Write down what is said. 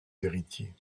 héritiers